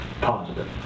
positive